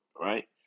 right